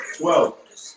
twelve